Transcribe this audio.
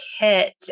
kit